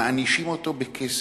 מענישים אותו בכסף.